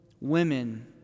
women